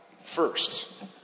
First